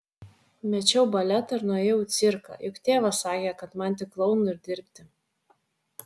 mečiau baletą ir nuėjau į cirką juk tėvas sakė kad man tik klounu ir dirbti